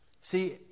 See